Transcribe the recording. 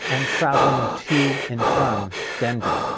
and traveling to and from denver